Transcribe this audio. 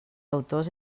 autors